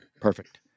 Perfect